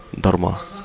dharma